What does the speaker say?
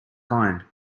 kind